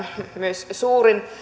myös suurin